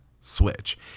switch